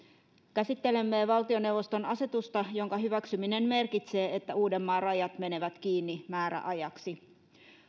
käsittelemme valtioneuvoston asetusta jonka hyväksyminen merkitsee että uudenmaan rajat menevät kiinni määräajaksi